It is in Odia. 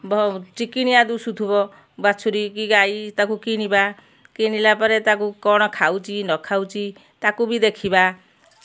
ବ ଚିକିଣିଆ ଦୁଶୁଥିବ ବାଛୁରୀ କି ଗାଈ ତାକୁ କିଣିବା କିଣିଲା ପରେ ତାକୁ କ'ଣ ଖାଉଛି ନଖାଉଛି ତାକୁ ବି ଦେଖିବା